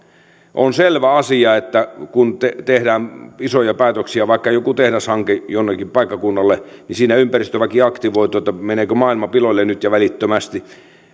on selvä asia että kun tehdään isoja päätöksiä vaikka joku tehdashanke jollekin paikkakunnalle niin siinä ympäristöväki aktivoituu että meneekö maailma piloille nyt ja välittömästi